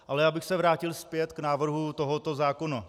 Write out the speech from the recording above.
Ale abych se vrátil zpět k návrhu tohoto zákona.